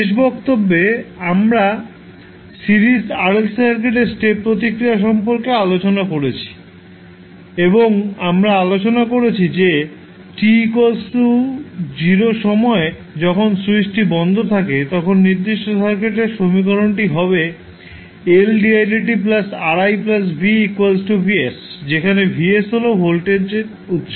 শেষ বক্তব্যে আমরা সিরিজ RLC সার্কিটের স্টেপ প্রতিক্রিয়া সম্পর্কে আলোচনা করেছি এবং আমরা আলোচনা করেছি যে t 0 সময়ে যখন স্যুইচটি বন্ধ থাকে তখন নির্দিষ্ট সার্কিটের সমীকরণটি হবে যেখানে Vs হল ভোল্টেজ উত্স